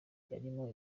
yarimo